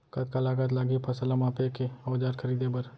कतका लागत लागही फसल ला मापे के औज़ार खरीदे बर?